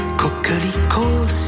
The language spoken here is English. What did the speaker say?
coquelicot